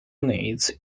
units